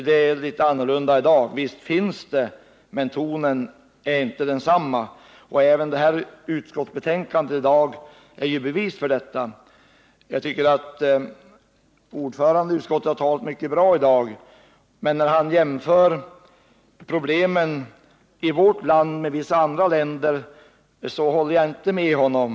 Det är litet annorlunda i dag — visst förekommer samma kritik mot oss nu, men tonen är inte densamma. Även dagens utskottsbetänkande är ett bevis härför. Jag tycker att ordföranden i utskottet har talat mycket bra i dag. Men när han jämför problemen i vårt land med problemen i vissa andra länder, så håller jag inte med honom.